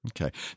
Okay